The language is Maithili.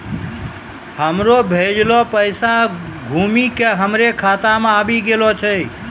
हमरो भेजलो पैसा घुमि के हमरे खाता मे आबि गेलो छै